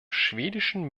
schwedischen